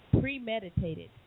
premeditated